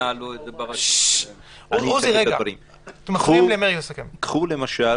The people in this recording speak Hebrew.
קחו את